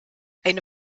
eine